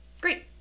great